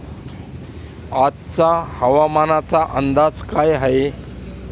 आजचा हवामानाचा अंदाज काय आहे?